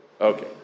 Okay